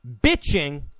bitching